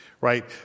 right